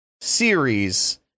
series